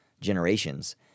generations